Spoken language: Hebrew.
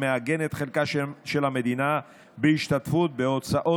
שמעגן את חלקה של המדינה בהשתתפות בהוצאות